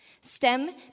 STEM